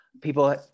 People